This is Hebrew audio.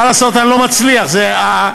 מה לעשות, אני לא מצליח, זו הרגולציה.